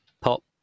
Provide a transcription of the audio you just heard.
pop